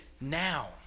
now